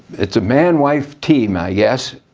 it's a man wife team i guess,